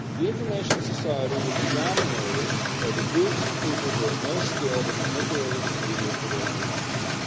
the information society will be dominated by the groups and people who are most skilled at manipulating the media for their own ends.